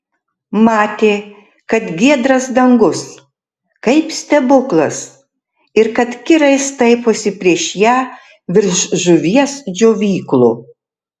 matė kad giedras dangus kaip stebuklas ir kad kirai staiposi prieš ją virš žuvies džiovyklų